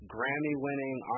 Grammy-winning